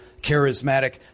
Charismatic